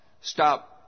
Stop